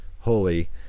holy